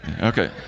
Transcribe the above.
Okay